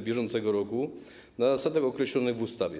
br. na zasadach określonych w ustawie.